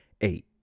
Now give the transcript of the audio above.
eight